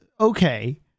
okay